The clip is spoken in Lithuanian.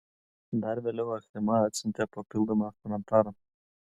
dar vėliau achema atsiuntė papildomą komentarą